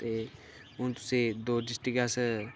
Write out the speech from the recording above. ते हून तुसेंगी दो डिस्टिक अस